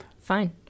fine